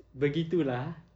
begitu lah